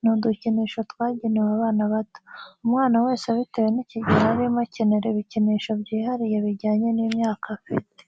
ni udukinisho twagenewe abana bato. Umwana wese bitewe n'ikigero arimo akenera ibikinsho byihariye bijyanye n'imyaka afite.